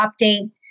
update